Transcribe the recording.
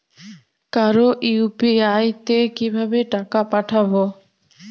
কারো ইউ.পি.আই তে কিভাবে টাকা পাঠাবো?